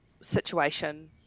situation